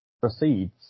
proceeds